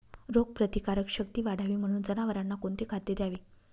रोगप्रतिकारक शक्ती वाढावी म्हणून जनावरांना कोणते खाद्य द्यावे?